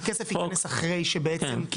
הכסף ייכנס אחרי שבעצם,